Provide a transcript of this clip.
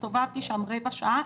הסתובבתי שם רבע שעה,